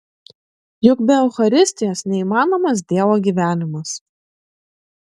juk be eucharistijos neįmanomas dievo gyvenimas